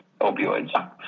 opioids